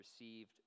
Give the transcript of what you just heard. received